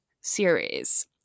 series